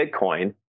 Bitcoin